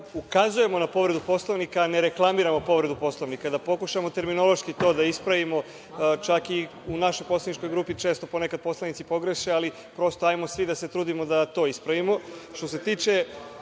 ukazujemo na povredu Poslovnika, a ne reklamiramo povredu Poslovnika, da pokušamo terminološki to da ispravimo, čak i u našoj poslaničkoj grupi često ponekad poslanici pogreše, ali prosto hajde svi da se trudimo da to ispravimo. Što